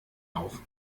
auf